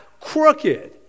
crooked